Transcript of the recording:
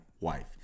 wife